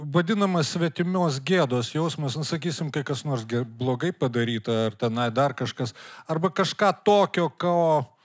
vadinamas svetimios gėdos jausmas nu sakysim kai kas nors blogai padaryta ar tenai dar kažkas arba kažką tokio ko